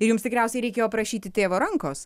ir jums tikriausiai reikėjo prašyti tėvo rankos